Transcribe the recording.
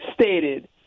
stated